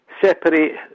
Separate